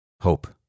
Hope